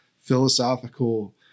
philosophical